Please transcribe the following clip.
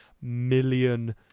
million